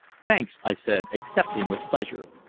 thanks, i said, accepting with pleasure,